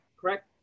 Correct